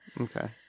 Okay